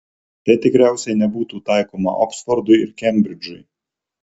tai tikriausiai nebūtų taikoma oksfordui ir kembridžui